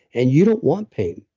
and you don't want pain.